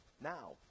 now